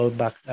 back